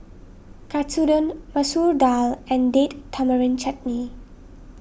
Katsudon Masoor Dal and Date Tamarind Chutney